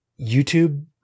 YouTube